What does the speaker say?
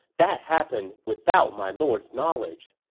that happened without my lord's knowledge.